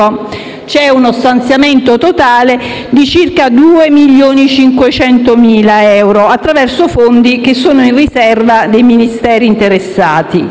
c'è uno stanziamento totale di circa 2,5 milioni di euro attraverso fondi che sono in riserva dei Ministeri interessati.